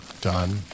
done